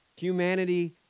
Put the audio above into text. Humanity